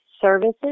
services